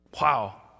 Wow